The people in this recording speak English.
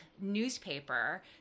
newspaper